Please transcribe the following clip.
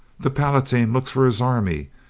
the palatine looks for his army!